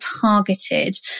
targeted